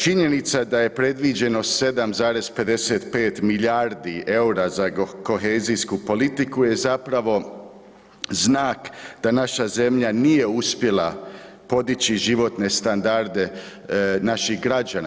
Činjenica da je predviđeno 7,55 milijardi EUR-a za kohezijsku politiku je zapravo znak da naša zemlja nije uspjela podići životne standarde naših građana.